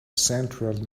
central